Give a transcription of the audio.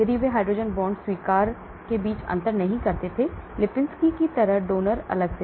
इसलिए वे hydrogen bond स्वीकरर्स के बीच अंतर नहीं करते थे लिपिंस्की की तरह डोनर अलग से